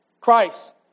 Christ